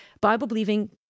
Bible-believing